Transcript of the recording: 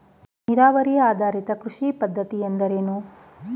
ನೀರಾವರಿ ಆಧಾರಿತ ಕೃಷಿ ಪದ್ಧತಿ ಎಂದರೇನು?